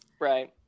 Right